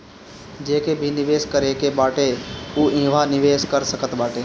जेके भी निवेश करे के बाटे उ इहवा निवेश कर सकत बाटे